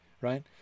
right